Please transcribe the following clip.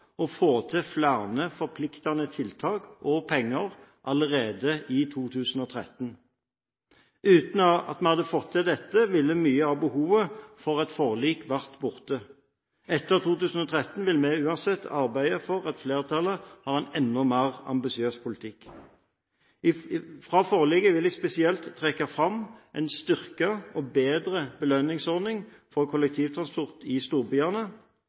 å få til flere forpliktende tiltak og penger allerede i 2013. Hadde vi ikke fått til dette, ville mye av behovet for et forlik vært borte. Etter 2013 vil vi uansett arbeide for at flertallet har en enda mer ambisiøs politikk. Fra forliket vil jeg spesielt trekke fram en styrket og bedre belønningsordning for kollektivtransport i storbyene,